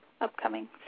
upcoming